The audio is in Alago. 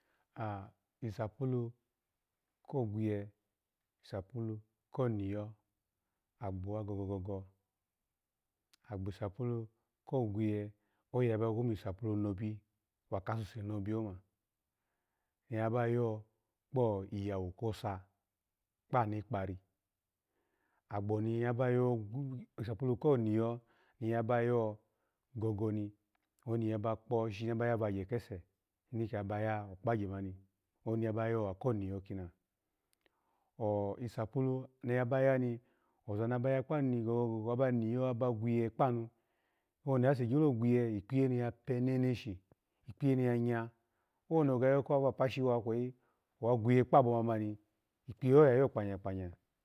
Ar gbi sapulu ko ghinye sapulu ku nyo ar yowu go go go go, ar gbi sapulu ko gwinye oye aba yo mo isapulu nobi wukasuse nobi oma, naba yo kpo iyuwu kosa kponokpari, ar gbo ni aba yomo isapulu konyo ni abayo gogoni, oni aba kpo shishin abakpo vagye kese, shishike abayo okpagye mani, oni abiyo wukoniyo kina, ah isapalu ni abaya ni oza nabaya kpanu go go go go aba niya, aba gwiye kpanu owoni ase gyolo gwinye ikpiyenu ya pe neneshi, kpiyenu ya nya, oweni oga yoko vapashi wa kweyi owa gwinye kpabo muni kkpiyeho ya yo kpanya kpanya.